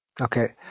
okay